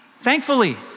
thankfully